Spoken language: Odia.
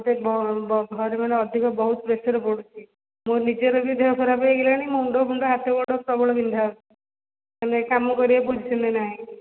ମୋତେ ଘରେ ମାନେ ଅଧିକ ବହୁତ ପ୍ରେସର ପଡ଼ୁଛି ମୋ ନିଜର ବି ଦେହ ଖରାପ ହେଇଗଲାଣି ମୋ ମୁଣ୍ଡ ଫୁଣ୍ଡ ହାଥ ଗୋଡ଼ ପ୍ରବଳ ବିନ୍ଧା ମାନେ କାମ କରିବା ପୋଜିସନରେ ନାହିଁ